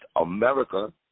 America